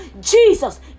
Jesus